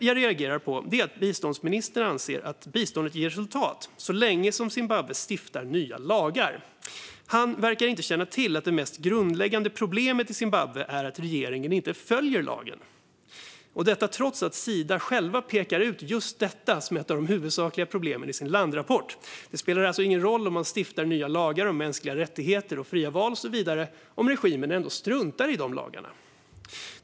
Jag reagerade vidare på att biståndsministern anser att biståndet ger resultat så länge som Zimbabwe stiftar nya lagar. Han verkar inte känna till att det mest grundläggande problemet i Zimbabwe är att regeringen inte följer lagen, detta trots att Sida själv pekar ut detta som ett av de huvudsakliga problemen i sin landrapport. Det spelar alltså ingen roll om man stiftar nya lagar om mänskliga rättigheter, fria val och så vidare om regimen ändå struntar i de lagarna.